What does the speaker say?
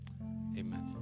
amen